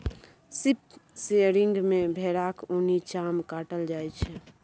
sheep shearing मे भेराक उनी चाम काटल जाइ छै